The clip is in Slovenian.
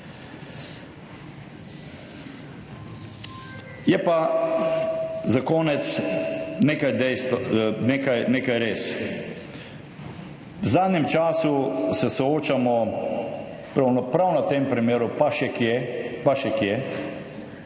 Pa za konec nekaj dejstev. V zadnjem času se soočamo ravno prav na tem primeru, pa še kje, pa še kje,